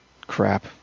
Crap